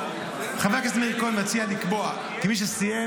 חבר הכנסת מאיר כהן מציע לקבוע כי מי שסיים